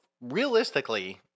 realistically